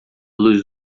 luz